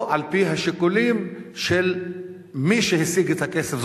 על-פי השיקולים של מי שהשיג את הכסף,